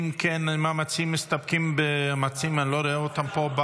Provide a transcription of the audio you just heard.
האם המציעים מסתפקים, אני לא רואה אותם פה,